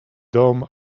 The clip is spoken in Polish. dom